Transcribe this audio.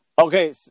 okay